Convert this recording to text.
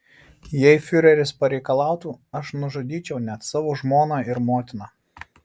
jei fiureris pareikalautų aš nužudyčiau net savo žmoną ir motiną